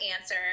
answer